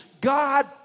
God